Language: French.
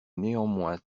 néanmoins